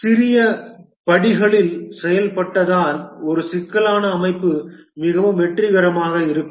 சிறிய படிகளில் செயல்படுத்தப்பட்டால் ஒரு சிக்கலான அமைப்பு மிகவும் வெற்றிகரமாக இருக்கும்